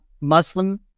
Muslim